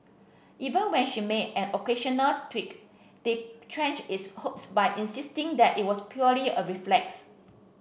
even when she made an occasional twitch they quashed his hopes by insisting that it was purely a reflex